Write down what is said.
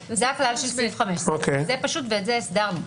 זה הכלל של סעיף 5. זה פשוט ואת זה הסדרנו.